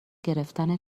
گرفتن